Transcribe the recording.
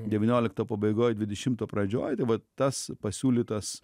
devyniolikto pabaigoj dvidešimto pradžioj tai vat tas pasiūlytas